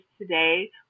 today